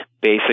basic